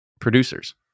producers